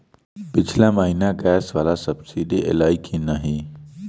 पिछला महीना गैस वला सब्सिडी ऐलई की नहि?